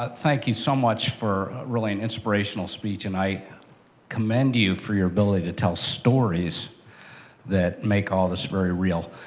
but thank you so much for, really, an inspirational speech. and i commend you for your ability to tell stories that make all of this very real.